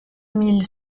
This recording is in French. mille